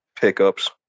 pickups